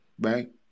right